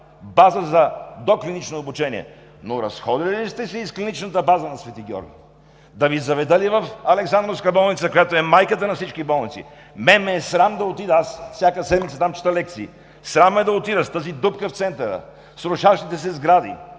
база за доклинично обучение, но разходили ли сте се из клиничната база на „Свети Георги“? Да Ви заведа ли в Александровска болница, която е майката на всички болници?! Мен ме е срам да отида – аз всяка седмица чета там лекции и ме е срам да отида в тази дупка в центъра, с рушащите се сгради